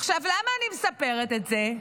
עכשיו, למה אני מספרת את זה?